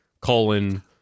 colon